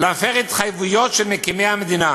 להפר התחייבויות של מקימי המדינה?